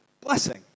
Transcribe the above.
blessing